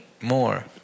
more